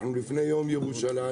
אנחנו לפני יום ירושלים,